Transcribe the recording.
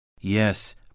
Yes